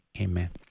amen